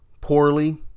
poorly